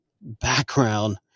background